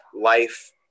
life